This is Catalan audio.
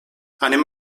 anem